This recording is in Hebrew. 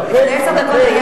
אבל מה אתה מציע?